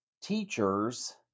teachers